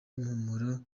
impumuro